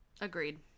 Agreed